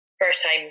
first-time